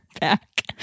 back